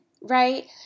right